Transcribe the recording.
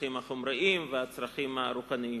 הצרכים החומריים והצרכים הרוחניים,